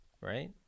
right